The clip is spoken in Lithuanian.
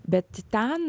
bet ten